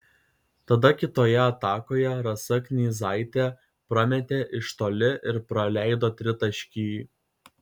tada kitoje atakoje rasa knyzaitė prametė iš toli ir praleido tritaškį